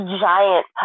giant